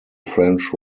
french